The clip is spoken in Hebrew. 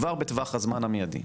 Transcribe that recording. כבר בטווח הזמן המיידי.